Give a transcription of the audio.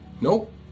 Nope